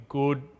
good